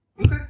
Okay